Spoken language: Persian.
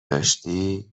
داشتی